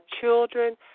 children